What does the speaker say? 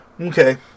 Okay